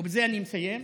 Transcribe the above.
ובזה אני מסיים,